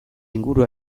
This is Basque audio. inguru